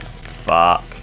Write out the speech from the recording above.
Fuck